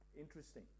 Interesting